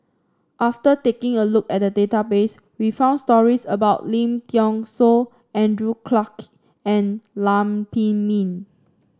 after taking a look at the database we found stories about Lim Thean Soo Andrew Clarke and Lam Pin Min